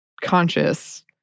conscious